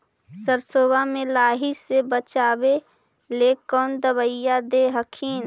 सरसोबा मे लाहि से बाचबे ले कौन दबइया दे हखिन?